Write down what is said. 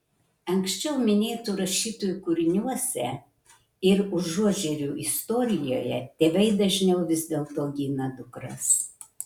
anksčiau minėtų rašytojų kūriniuose ir užuožerių istorijoje tėvai dažniau vis dėlto gina dukras